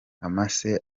amase